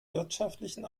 wirtschaftlichen